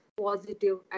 positive